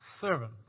Servant